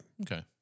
Okay